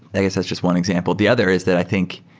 i guess that's just one example. the other is that i think